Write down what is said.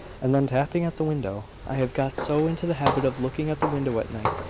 and then tapping at the window. i have got so into the habit of looking at the window at night,